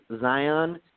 Zion